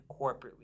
corporately